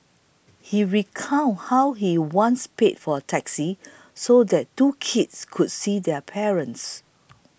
he recounted how he once paid for a taxi so that two kids could see their parents